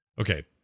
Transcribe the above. okay